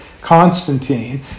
Constantine